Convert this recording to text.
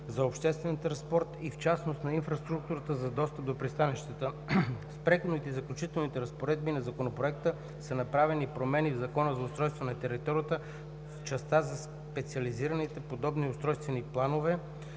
за обществен транспорт и в частност на инфраструктурата за достъп до пристанищата. С Преходните и заключителните разпоредби на Законопроекта са направени промени в Закона за устройство на територията в частта за специализираните подробни устройствени планове